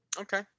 Okay